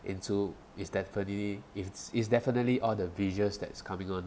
into it's definitely it's it's definitely all the visuals that's coming on